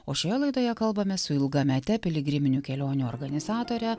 o šioje laidoje kalbamės su ilgamete piligriminių kelionių organizatore